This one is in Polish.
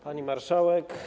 Pani Marszałek!